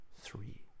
three